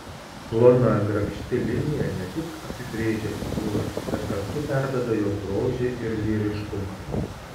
plona grakšti linija ne tik apibrėžia figūrą bet kartu perduoda jos grožį ir lyriškumą